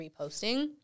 reposting